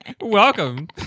Welcome